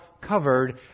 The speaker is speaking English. covered